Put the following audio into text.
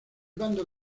bando